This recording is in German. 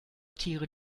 tiere